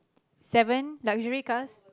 seven luxury cars